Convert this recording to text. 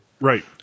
right